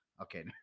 Okay